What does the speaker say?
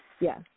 Yes